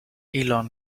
elon